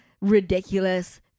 ridiculous